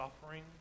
suffering